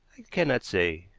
cannot say.